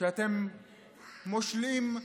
שאתם מושלים,